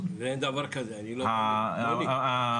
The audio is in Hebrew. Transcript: אין מעמד,